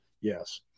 Yes